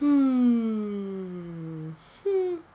hmm